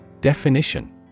Definition